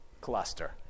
cluster